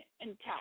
intact